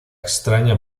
extraña